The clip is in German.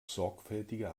sorgfältiger